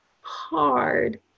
hard